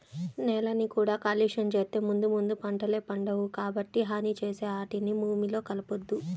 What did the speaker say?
నేలని కూడా కాలుష్యం చేత్తే ముందు ముందు పంటలే పండవు, కాబట్టి హాని చేసే ఆటిని భూమిలో కలపొద్దు